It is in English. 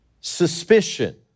suspicion